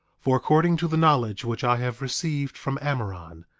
for according to the knowledge which i have received from amoron,